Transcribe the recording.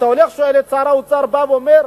אתה הולך, שואל את שר האוצר, אומר: